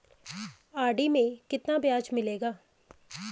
RD में कितना ब्याज मिलेगा?